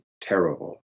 terrible